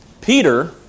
Peter